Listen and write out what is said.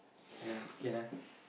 ya okay lah